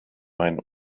mein